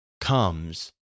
comes